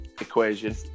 equation